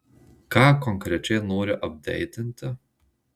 ką konkrečiai nori apdeitinti